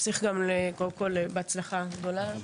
אני רוצה גם לאחל קודם כל בהצלחה לסמפכ״ל,